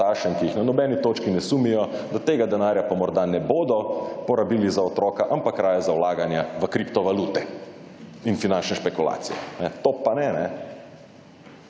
bogatašem, ki jih na nobeni točki ne sumijo, da tega denarja pa morda ne bodo porabili za otroka, ampak raje za vlaganje v kriptovalute in finančne špekulacije. To pa ne, ne.